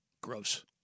Gross